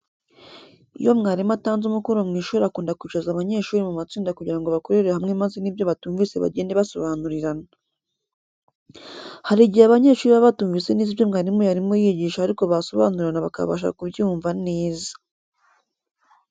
Iyo mwarimu atanze umukoro mu ishuri akunda kwicaza banyeshuri mu matsinda kugira ngo bakorere hamwe maze n'ibyo batumvise bagende basobanurirana. Hari igihe abanyeshuri baba batumvise neza ibyo mwarimu yarimo yigisha ariko bo basobanurirana bakabasha kubyumva neza.